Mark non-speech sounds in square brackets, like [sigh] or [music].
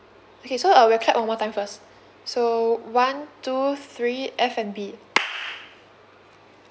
okay so uh we'll clap one more time first so one two three F and B [noise]